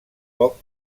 poc